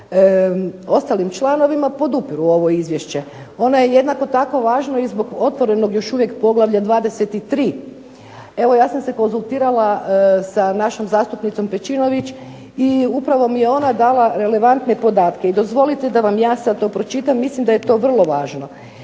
ostalim članovima podupiru ovo izvješće. Ono je jednako tako važno i zbog otvorenog još uvijek poglavlja 23. Evo ja sam se konzultirala sa našom zastupnicom Pejčinović, i upravo mi je ona dala relevantne podatke, i dozvolite da vam ja sad to pročitam, mislim da je to vrlo važno.